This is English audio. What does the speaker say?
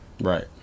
Right